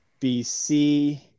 BC